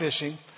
fishing